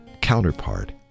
counterpart